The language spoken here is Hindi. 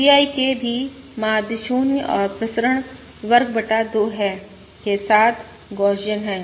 VIK भी माध्य 0 और प्रसरण सिग्मा वर्ग बटा 2 हैं के साथ गौसियन है